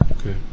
Okay